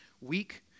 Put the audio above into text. week